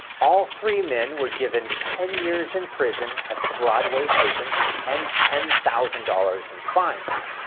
all three men were given ten years in prison at the broadway prison and ten thousand dollars in fines,